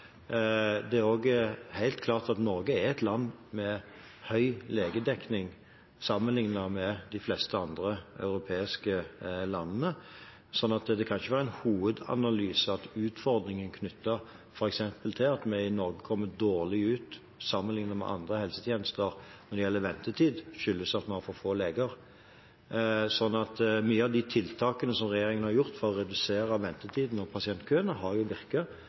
Norge er et land med høy legedekning sammenliknet med de fleste andre europeiske landene, slik at det kan ikke være en hovedanalyse at utfordringen knyttet til f.eks. at vi i Norge kommer dårlig ut sammenliknet med andre helsetjenester når det gjelder ventetid, skyldes at vi har for få leger. Mange av de tiltakene som regjeringen har gjort for å redusere ventetiden og pasientkøene, har jo